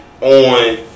On